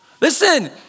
Listen